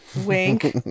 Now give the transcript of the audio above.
wink